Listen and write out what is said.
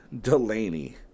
Delaney